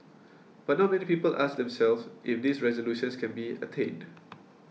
but not many people ask themselves if these resolutions can be attained